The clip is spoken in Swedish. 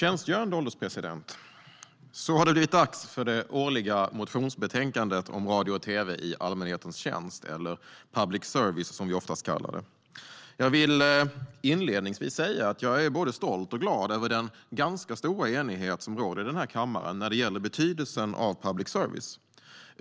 Fru ålderspresident! Så har det blivit dags för det årliga motionsbetänkandet om radio och tv i allmänhetens tjänst, eller public service som vi oftast kallar det. Jag vill inledningsvis säga att jag är både stolt och glad över den ganska stora enighet som råder i denna kammare när det gäller betydelsen av public service.